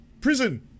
prison